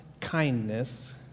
kindness